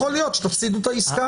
יכול להיות שתפסידו את העסקה.